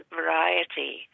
variety